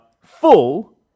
Full